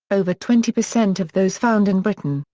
over twenty percent of those found in britain,